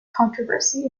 controversy